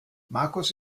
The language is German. markus